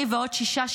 אני ועוד שישה,